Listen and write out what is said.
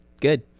Good